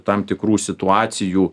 tam tikrų situacijų